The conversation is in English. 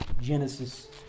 Genesis